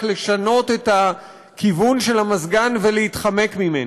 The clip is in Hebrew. לשנות את הכיוון של המזגן ולהתחמק ממנו.